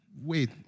wait